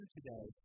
today